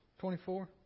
24